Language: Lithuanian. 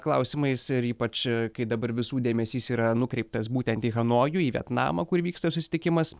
klausimais ir ypač kai dabar visų dėmesys yra nukreiptas būtent į hanojų į vietnamą kur vyksta susitikimas